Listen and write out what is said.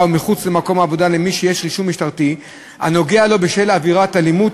ומחוץ למקום העבודה למי שיש רישום משטרתי הנוגע לו בשל עבירות אלימות,